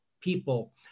people